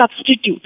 substitute